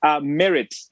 merit